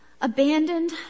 Abandoned